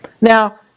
Now